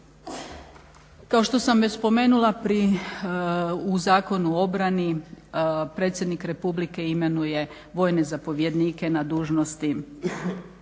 Kao što sam već spomenula u Zakonu o obrani predsjednik Republike imenuje vojne zapovjednike na dužnosti